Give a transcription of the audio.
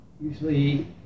Usually